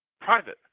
private